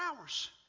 hours